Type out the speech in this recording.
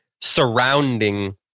surrounding